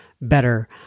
better